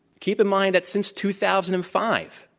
keep in mind that since two thousand and five,